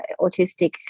autistic